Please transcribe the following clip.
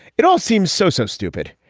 it all seems so, so stupid.